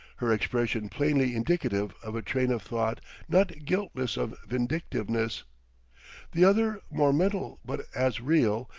her expression plainly indicative of a train of thought not guiltless of vindictiveness the other, more mental but as real,